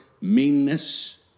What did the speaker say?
meanness